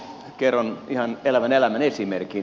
kerron ihan elävän elämän esimerkin